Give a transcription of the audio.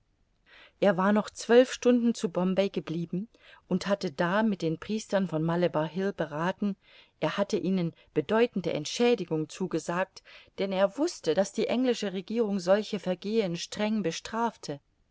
er war noch zwölf stunden zu bombay geblieben und hatte da mit den priestern von malebar hill berathen er hatte ihnen bedeutende entschädigung zugesagt denn er wußte daß die englische regierung solche vergehen streng bestrafte